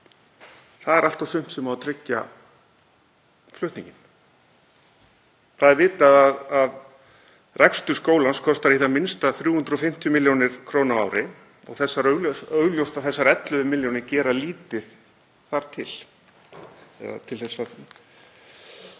Það er allt og sumt sem á að tryggja í flutninginn. Það er vitað að rekstur skólans kostar í það minnsta 350 millj. kr. á ári og augljóst að þessar 11 milljónir gera lítið þar til. Með